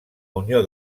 unió